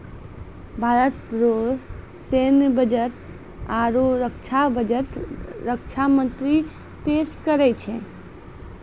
भारत रो सैन्य बजट आरू रक्षा बजट रक्षा मंत्री पेस करै छै